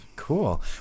Cool